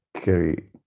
carry